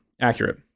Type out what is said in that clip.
accurate